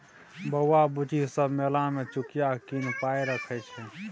बौआ बुच्ची सब मेला मे चुकिया कीन पाइ रखै छै